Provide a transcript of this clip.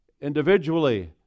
individually